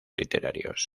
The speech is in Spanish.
literarios